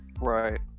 Right